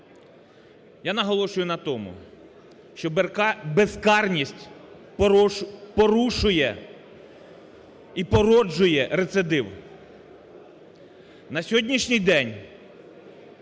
я наголошую на тому, що безкарність порушує і породжує рецидив.